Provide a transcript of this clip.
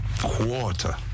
quarter